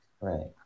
right